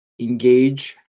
engage